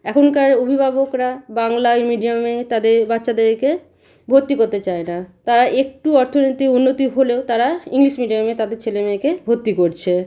এখনকার অভিভাবকরা বাংলায় মিডিয়ামে তাদের বাচ্চাদেরকে ভর্তি করতে চায় না তারা একটু অর্থনৈতিক উন্নতি হলেও তারা ইংলিশ মিডিয়ামে তাদের ছেলে মেয়েকে ভর্তি করছে